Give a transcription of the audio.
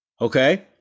Okay